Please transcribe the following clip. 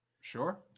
Sure